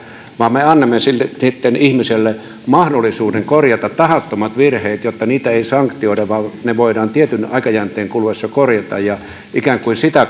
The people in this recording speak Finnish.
vaan me annamme ihmiselle mahdollisuuden korjata tahattomat virheet jotta niitä ei sanktioida vaan ne voidaan tietyn aikajänteen kuluessa korjata ja ikään kuin sitä